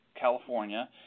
California